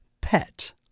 pet